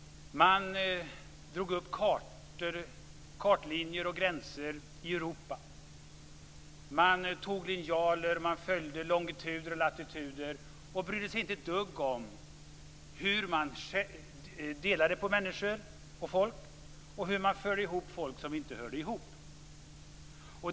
Man drog i Europa upp kartlinjer och gränser. Man tog linjaler, följde longituder och latituder och brydde sig inte ett dugg om hur man delade på människor och folk och förde ihop folk som inte hörde ihop.